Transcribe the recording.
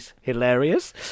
hilarious